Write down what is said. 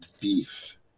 beef